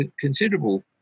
considerable